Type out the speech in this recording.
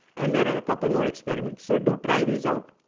and there are a couple more experiments. so do try these out